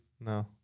No